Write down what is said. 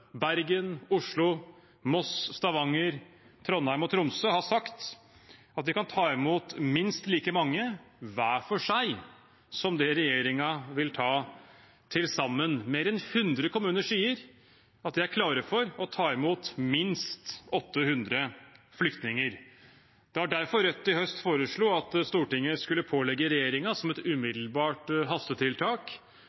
Bergen, Oslo, Moss, Stavanger, Trondheim og Tromsø har sagt at de kan ta imot minst like mange hver for seg som regjeringen vil ta imot til sammen. Mer enn 100 kommuner sier at de er klare for å ta imot minst 800 flyktninger. Det var derfor Rødt i høst foreslo at Stortinget skulle pålegge regjeringen som et